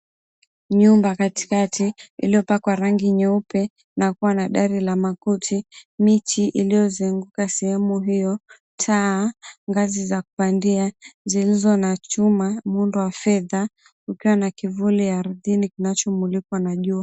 Nyumba katikati iliyopakwa yangi nyeupe na paa la dari la makuti, miti iliyozunguka sehemu hio, taa, ngazi za kupandia zilizo na chuma, muundo wa fedha ukiwa na kivuli ardhini kinachomulikwa na jua.